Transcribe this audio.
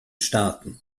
staaten